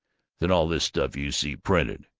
than all this stuff you see printed,